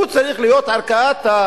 הוא צריך להיות ערכאת-העל,